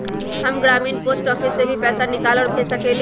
हम ग्रामीण post office से भी पैसा निकाल और भेज सकेली?